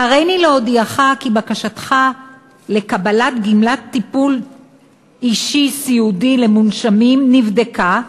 "הריני להודיעך כי בקשתך לקבל גמלת טיפול אישי סיעודי למונשמים נבדקה,